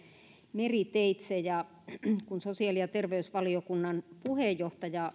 meriteitse ja kun sosiaali ja terveysvaliokunnan puheenjohtaja